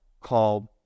called